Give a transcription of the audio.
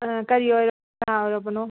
ꯑꯥ ꯀꯔꯤ ꯑꯣꯏꯔꯕ ꯀꯅꯥ ꯑꯣꯏꯔꯕꯅꯣ